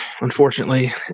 unfortunately